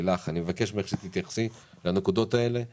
אני מבקש ממך להתייחס לנקודות שעלו פה